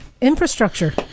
infrastructure